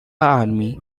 army